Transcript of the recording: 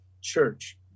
church